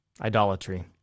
idolatry